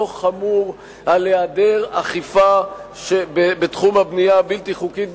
דוח חמור על היעדר אכיפה בתחום הבנייה הבלתי-חוקית,